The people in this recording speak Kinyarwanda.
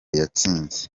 yatsinze